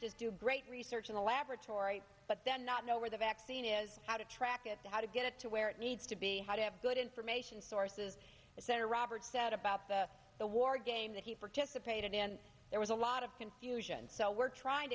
research in the laboratory but then not know where the vaccine is how to track it to how to get it to where it needs to be how to have good information sources etc robert said about the the war game that he participated in there was a lot of confusion so we're trying